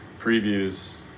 previews